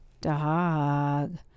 dog